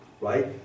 right